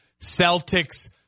Celtics